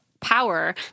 power